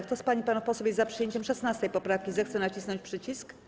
Kto z pań i panów posłów jest za przyjęciem 16. poprawki, zechce nacisnąć przycisk.